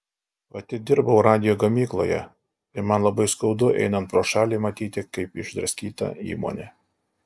pati dirbau radijo gamykloje ir man labai skaudu einant pro šalį matyti kaip išdraskyta įmonė